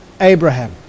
Abraham